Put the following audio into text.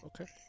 Okay